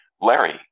Larry